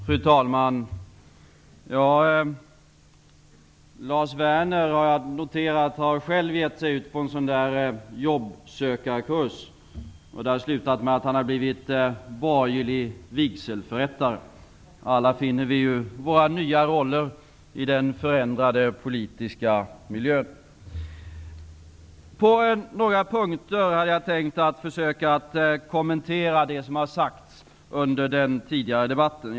Fru talman! Jag har noterat att Lars Werner själv har gett sig ut på en jobbsökarkurs. Det har slutat med att han har blivit borgerlig vigselförrättare: Alla finner vi våra nya roller i den förändrade politiska miljön. På några punkter vill jag kommentera det som har sagts under den tidigare debatten.